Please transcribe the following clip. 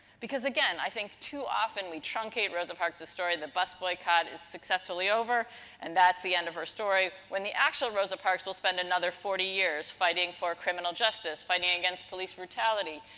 because, again, i think too often we truncate rosa parks' story the bus boycott is successfully over and that's the end of her story. when, the actual rosa parks will spend another forty years fighting for criminal justice, fighting against police brutality.